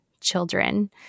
children